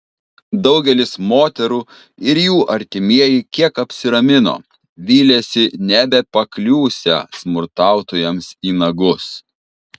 daugelis moterų ir jų artimieji kiek apsiramino vylėsi nebepakliūsią smurtautojams į nagus